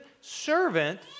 servant